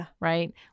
right